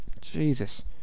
Jesus